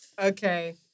okay